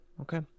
okay